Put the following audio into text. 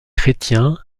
chrétiens